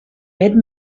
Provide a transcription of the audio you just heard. mid